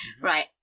Right